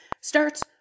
starts